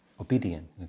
obedient